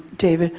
david,